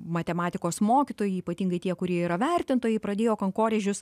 matematikos mokytojai ypatingai tie kurie yra vertintojai pradėjo kankorėžius